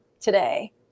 today